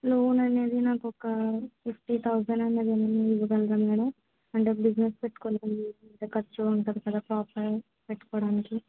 loan అనేది నాకు ఒక ఫిఫ్టీ థౌసండ్ అనేది ఏమైన ఇవ్వగలరా మేడం అంటే బిజినెస్ పెట్టుకోవాలి అంటే కొంచెం ఖర్చు ఉంటుంది కదా షాప్ పెట్టుకోడానికి